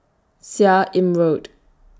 Seah Im Road